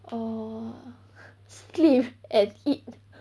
err sleep and eat